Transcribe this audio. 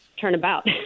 turnabout